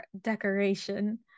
decoration